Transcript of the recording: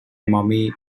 mummy